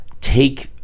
take